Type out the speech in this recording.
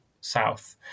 south